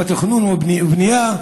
בתכנון ובנייה.